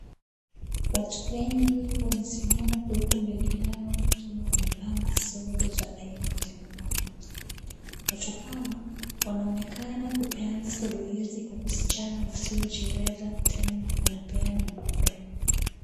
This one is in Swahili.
Watu wengi wamesimama huku mbele yao wakiwa wamepanga sodo za aina mbalimbali. Watu hawa wanaonekana kupeana sodo hizi kwa wasichana wasiojiweza. Tena wanapeana bure.